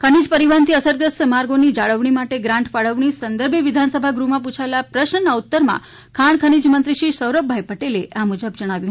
ખનિજ પરિવહનથી અસરગ્રસ્ત માર્ગોની જાળવણી માટે ગ્રાન્ટ ફાળવણી સંદર્ભે વિધાનસભા ગૃહમાં પૂછાયેલા પ્રશ્નના ઉત્તરમાં ખાણ ખનીજ મંત્રી શ્રી સૌરભભાઇ પટેલે આ મુજબ જણાવ્યું